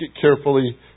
carefully